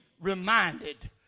reminded